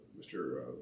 Mr